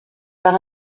par